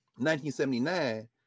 1979